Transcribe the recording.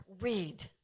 Read